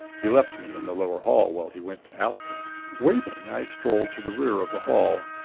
he left me in the lower hall while he went to ask her. waiting, i strolled to the rear of the hall.